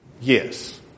Yes